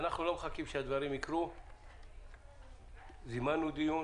ואנחנו לא מחכים שהדברים יקרו אלא זימנו את הדיון